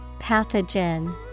Pathogen